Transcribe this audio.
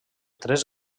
tres